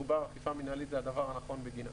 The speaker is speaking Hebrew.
רובן אכיפה מינהלית זה הדבר הנכון בגינן.